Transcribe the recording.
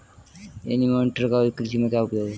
Anemometer का कृषि में क्या उपयोग है?